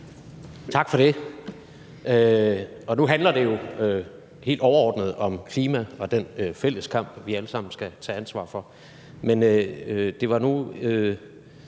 Tak for det. Nu handler det jo helt overordnet om klima og den fælles kamp, vi alle sammen skal tage ansvar for. Men det var nu